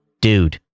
dude